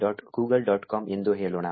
com ಎಂದು ಹೇಳೋಣ